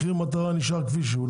מחיר המטרה נשאר כמו שהוא?